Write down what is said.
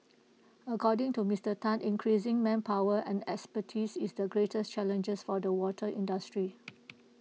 according to Mister Tan increasing manpower and expertise is the greatest challenge for the water industry